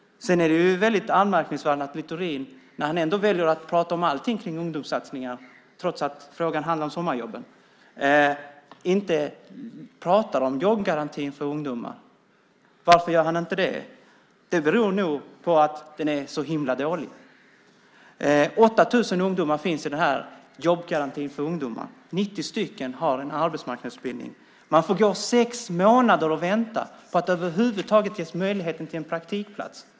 Sedan är det väldigt anmärkningsvärt att Littorin, när han ändå väljer att prata om allting kring ungdomssatsningar trots att frågan handlar om sommarjobben, inte pratar om jobbgarantin för ungdomar. Varför gör han inte det? Det beror nog på att den är så himla dålig. 8 000 ungdomar finns i jobbgarantin för ungdomar. 90 stycken har en arbetsmarknadsutbildning. Man får gå och vänta i sex månader på att över huvud taget ges möjligheten till en praktikplats.